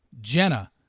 Jenna